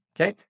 Okay